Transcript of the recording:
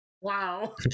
Wow